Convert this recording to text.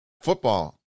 football